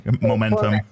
Momentum